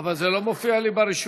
אבל זה לא מופיע לי ברישום.